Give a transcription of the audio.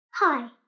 Hi